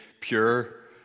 pure